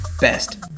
best